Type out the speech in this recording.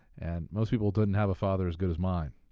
and most people didn't have a father as good as mine.